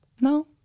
No